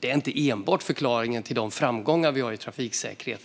Detta är inte den enda förklaringen till framgångarna i fråga om trafiksäkerhet.